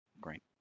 Great